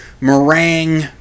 meringue